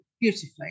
beautifully